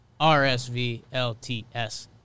Rsvlts